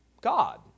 God